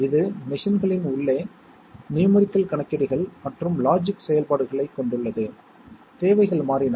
அதே வழியில் A மற்றும் B க்கு இடையில் சில தொடர்புடைய லாஜிக் செயல்பாடுகள் மேற்கொள்ளப்படுகின்றன